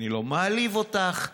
אני לא מעליב אותך,